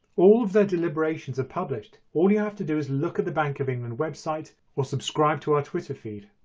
all of their deliberations are published all you have to do is look at the bank of england website or subscribe to our twitter feed.